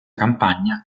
campagna